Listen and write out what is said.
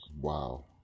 Wow